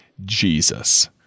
Jesus